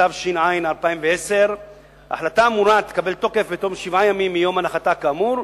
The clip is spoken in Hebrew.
התש"ע 2010. ההחלטה האמורה תקבל תוקף בתום שבעה ימים מיום הנחתה כאמור,